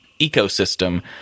ecosystem